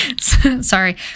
sorry